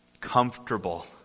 comfortable